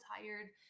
tired